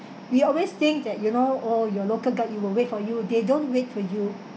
we always think that you know oh your local guide it will wait for you they don't wait for you